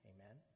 Amen